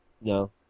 No